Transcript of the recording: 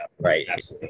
right